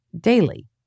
daily